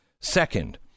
Second